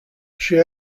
she